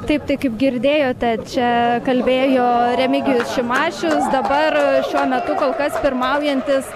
taip tai kaip girdėjote čia kalbėjo remigijus šimašius dabar šiuo metu kol kas pirmaujantis